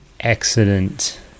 accident